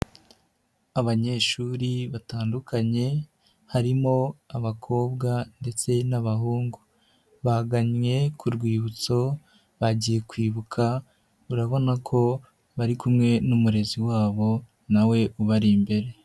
Abanyeshuri batandukanye harimo abakobwa ndetse n'abahungu. Bagannye ku rwibutso bagiye kwibuka, urabona ko bari kumwe n'umurezi wabo na we ubari imbere.